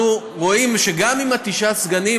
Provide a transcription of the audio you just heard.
אנחנו רואים שגם עם תשעה סגנים,